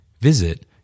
Visit